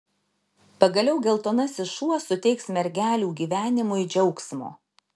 pagaliau geltonasis šuo suteiks mergelių gyvenimui džiaugsmo